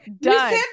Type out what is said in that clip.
Done